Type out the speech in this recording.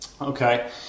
Okay